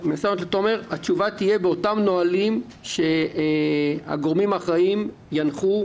התשובה תהיה באותם נהלים שהגורמים האחראים ינחו.